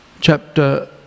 Chapter